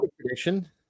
prediction